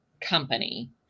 company